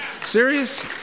Serious